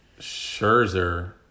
Scherzer